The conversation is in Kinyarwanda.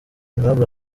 aimable